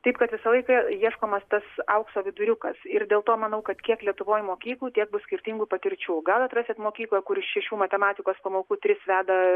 taip kad visą laiką ieškomas tas aukso viduriukas ir dėl to manau kad kiek lietuvoj mokyklų tiek bus skirtingų patirčių gal atrasit mokyklą kur iš šešių matematikos pamokų tris veda